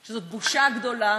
שזאת בושה גדולה,